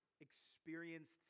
experienced